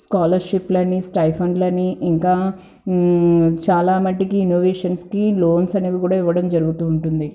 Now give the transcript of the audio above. స్కాలర్షిప్లని స్టైఫండ్లని ఇంకా చాలా మటికీ ఇన్నోవేషన్స్కి లోన్స్ అనేవి కూడా ఇవ్వడం జరుగుతూ ఉంటుంది